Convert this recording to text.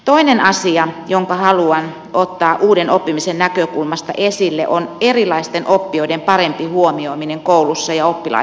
toinen asia jonka haluan ottaa uuden oppimisen näkökulmasta esille on erilaisten oppijoiden parempi huomioiminen kouluissa ja oppilaitoksissa